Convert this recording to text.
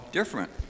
different